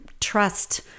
trust